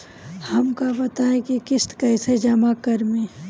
हम का बताई की किस्त कईसे जमा करेम?